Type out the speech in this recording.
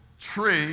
tree